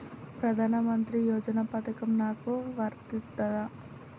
ప్రధానమంత్రి యోజన పథకం నాకు వర్తిస్తదా?